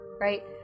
right